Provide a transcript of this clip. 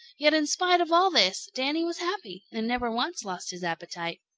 yet in spite of all this, danny was happy and never once lost his appetite.